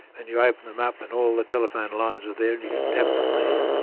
and you open them up and all the telephone lines are there, and you can tap them there,